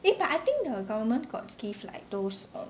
eh but I think the government got give like those err